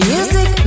Music